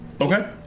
Okay